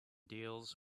deals